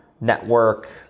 network